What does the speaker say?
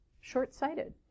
short-sighted